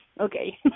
Okay